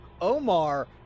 omar